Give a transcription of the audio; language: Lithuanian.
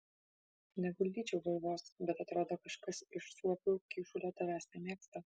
neguldyčiau galvos bet atrodo kažkas iš suopių kyšulio tavęs nemėgsta